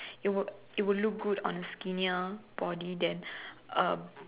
it would it would look good on skinnier body than a